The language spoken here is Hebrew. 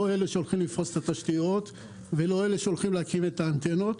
לא אלה שהולכים לתפוס את התשתיות ולא אלה שהולכים להקים את האנטנות.